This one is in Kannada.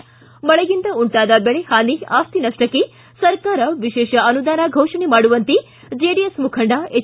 ಿ ಮಳೆಯಿಂದ ಉಂಟಾದ ಬೆಳೆ ಹಾನಿ ಆಸ್ತಿ ನಷ್ಟಕ್ಕೆ ಸರ್ಕಾರ ವಿಶೇಷ ಆನುದಾನ ಘೋಷಣೆ ಮಾಡುವಂತೆ ಜೆಡಿಎಸ್ ಮುಖಂಡ ಎಚ್